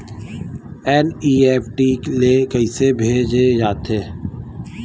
NEFT ले कइसे भेजे जाथे?